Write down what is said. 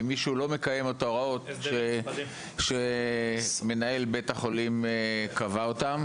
אם מישהו לא מקיים את ההוראות שמנהל בית החולים קבע אותן?